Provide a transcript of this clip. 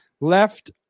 left